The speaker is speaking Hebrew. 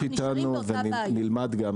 אנחנו נשארים באותה בעיה.